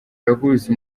yakubise